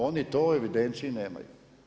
Oni to u evidenciji nemaju.